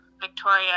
Victoria